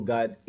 God